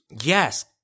Yes